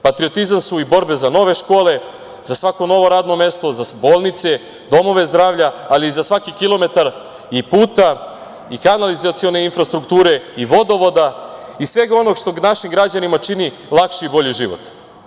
Patriotizam su i borbe za nove škole, za svako novo radno mesto, za bolnice, za domove zdravlja, ali i za svaki kilometar i puta i kanalizacione infrastrukture i vodovoda i svega onog što našim građanima čini bolji život.